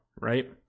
right